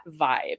vibe